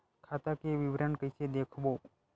खाता के विवरण कइसे देखबो?